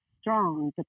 strong